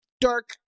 Dark